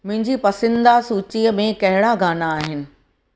मुंहिंजी पसंदीदा सूचीअ में कहिड़ा गाना आहिनि